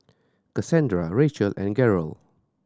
Casandra Rachel and Garold